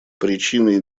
причиной